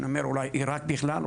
אני אומר אולי עירק בכלל,